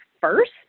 first